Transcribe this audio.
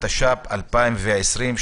התש"ף-2020,